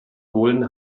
holen